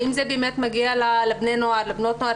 האם זה באמת מגיע לבני הנוער ולבנות הנוער,